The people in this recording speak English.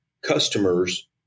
customers